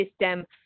system